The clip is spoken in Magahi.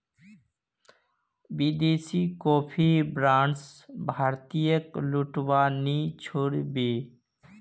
विदेशी कॉफी ब्रांड्स भारतीयेक लूटवा नी छोड़ बे